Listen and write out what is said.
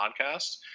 podcast